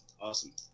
awesome